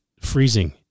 freezing